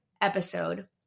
episode